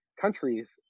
countries